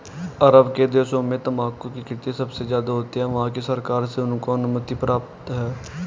अरब के देशों में तंबाकू की खेती सबसे ज्यादा होती है वहाँ की सरकार से उनको अनुमति प्राप्त है